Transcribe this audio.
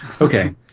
Okay